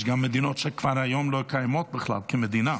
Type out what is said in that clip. יש גם מדינות שהיום כבר לא קיימות בכלל כמדינה.